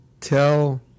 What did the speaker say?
tell